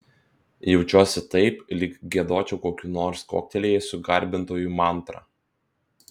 jaučiuosi taip lyg giedočiau kokių nors kuoktelėjusių garbintojų mantrą